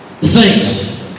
Thanks